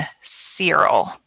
Cyril